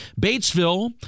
Batesville